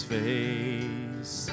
face